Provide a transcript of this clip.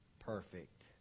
perfect